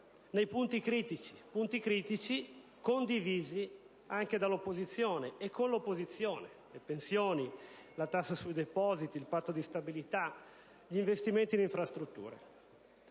nei punti critici, condivisi anche dall'opposizione e con l'opposizione: le pensioni, la tassa sui depositi, il patto di stabilità, gli investimenti in infrastrutture.